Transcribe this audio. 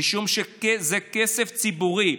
משום שזה כסף ציבורי.